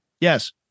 Yes